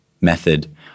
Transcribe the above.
method